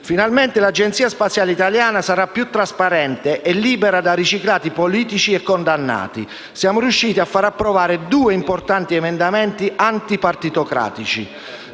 finalmente l'Agenzia spaziale italiana sarà più trasparente e libera da politici riciclati e condannati. Siamo riusciti a far approvare in Commissione due importanti emendamenti anti-partitocratici.